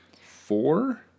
four